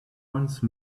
once